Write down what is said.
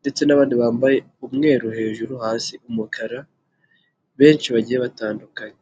ndetse n'abandi bambaye umweru hejuru hasi umukara, benshi bagiye batandukanye.